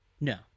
No